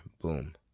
boom